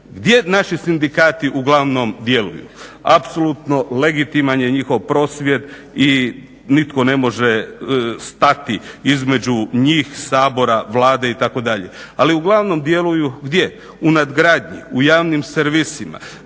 Gdje naši sindikati uglavnom djeluju? Apsolutno legitiman je njihov prosvjed i nitko ne može stati između njih, Sabora, Vlade itd. Ali uglavnom djeluju gdje? U nadgradnji, u javnim servisima,